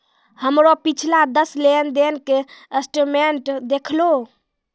हमरो पिछला दस लेन देन के स्टेटमेंट देहखो